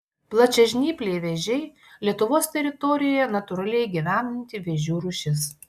plačiažnypliai vėžiai lietuvos teritorijoje natūraliai gyvenanti vėžių rūšis